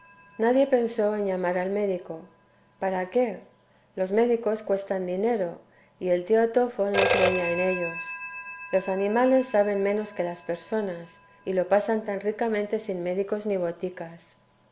nadie pensó en llamar al médico para qué los médicos cuestan dinero y el tío tfol no creía en ellos los animales saben menos que las personas y lo pasan tan ricamente sin médicos ni boticas